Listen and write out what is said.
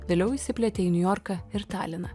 vėliau išsiplėtė į niujorką ir taliną